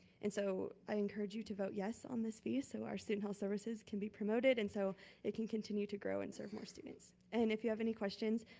and so i encourage you to vote yes on this fee so our student health services can be promoted and so it can continue to grow and serve more students. and if you have any questions,